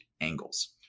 angles